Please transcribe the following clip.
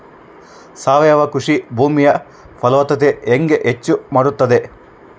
ಸಾವಯವ ಕೃಷಿ ಭೂಮಿಯ ಫಲವತ್ತತೆ ಹೆಂಗೆ ಹೆಚ್ಚು ಮಾಡುತ್ತದೆ?